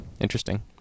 Interesting